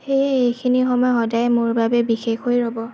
সেয়ে এইখিনি সময় সদায় মোৰ বাবে বিশেষ হৈ ৰ'ব